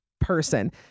person